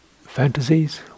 fantasies